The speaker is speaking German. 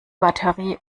batterie